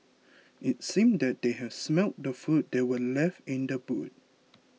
it seemed that they had smelt the food that were left in the boot